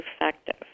effective